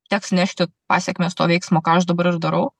teks nešti pasekmes to veiksmo ką aš dabar ir darau